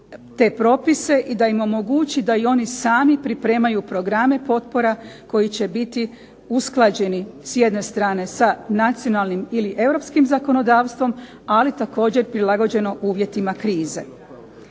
te propise i da im omogući da i oni sami pripremaju programe potpora koji će biti usklađeni s jedne strane sa nacionalnim ili europskim zakonodavstvom, ali također prilagođeno uvjetima krize.